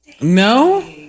No